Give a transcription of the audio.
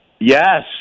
Yes